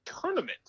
tournament